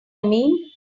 mean